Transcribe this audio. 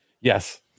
Yes